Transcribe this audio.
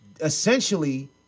Essentially